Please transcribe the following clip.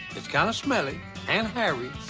it's kind of smelly and hairy.